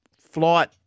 flight